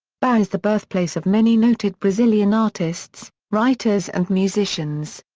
bahia is the birthplace of many noted brazilian artists, writers and musicians.